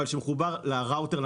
אבל שמחובר לראוטר,